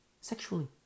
sexually